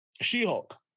She-Hulk